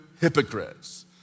hypocrites